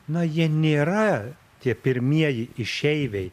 na jie nėra tie pirmieji išeiviai